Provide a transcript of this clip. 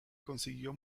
consiguió